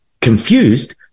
confused